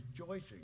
rejoicing